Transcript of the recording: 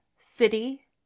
city